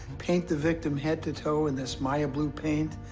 paint the victim head to toe in this maya blue paint,